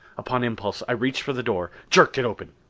upon impulse i reached for the door, jerked it open.